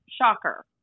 Shocker